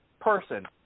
person